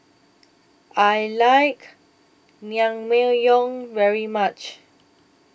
I like Naengmyeon very much